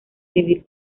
vivir